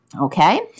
Okay